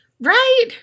Right